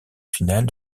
finale